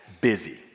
busy